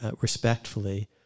respectfully